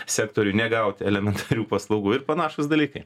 sektoriuj negaut elementarių paslaugų ir panašūs dalykai